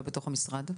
לא בתוך המשרד?